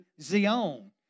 Zion